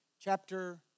Chapter